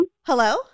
Hello